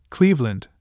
Cleveland